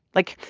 like,